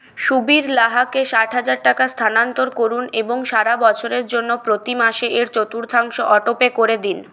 সুবীর লাহাকে ষাট হাজার টাকা স্থানান্তর করুন এবং সারা বছরের জন্য প্রতি মাসে এর চতুর্থাংশ অটোপে করে দিন